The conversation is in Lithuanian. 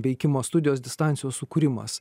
veikimo studijos distancijos sukūrimas